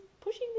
pushing